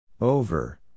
Over